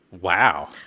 wow